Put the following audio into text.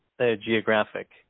Geographic